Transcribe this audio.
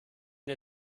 der